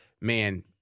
man